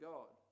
God